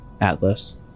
Atlas